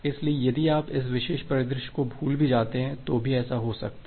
इसलिए यदि आप इस विशेष परिदृश्य को भी भूल जाते हैं तो भी ऐसा हो सकता है